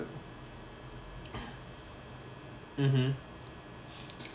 mmhmm